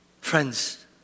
friends